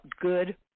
good